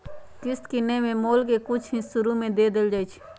किस्त किनेए में मोल के कुछ हिस शुरू में दे देल जाइ छइ